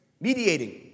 Mediating